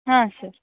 ಹಾಂ ಸರ್